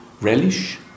relish